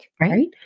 Right